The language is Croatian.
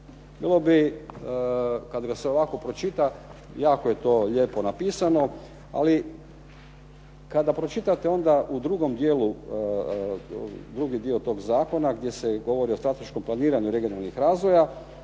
Bilo bi, kad ga se ovako pročita, jako je to lijepo napisano, ali kada pročitate onda u drugom dijelu, drugi dio tog zakona, gdje se govori o strateškom planiranju regionalnih razvoja